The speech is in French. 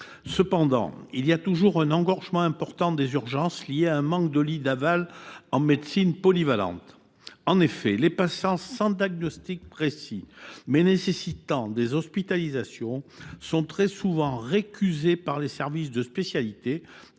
Cependant, il existe toujours un engorgement important des urgences lié à un manque de lits d’aval en médecine polyvalente. Les patients sans diagnostic précis, mais nécessitant des hospitalisations, sont très souvent récusés par les services de spécialité.